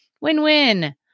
Win-win